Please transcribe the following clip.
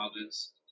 others